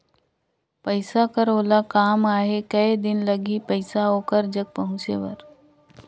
पइसा कर ओला काम आहे कये दिन लगही पइसा ओकर जग पहुंचे बर?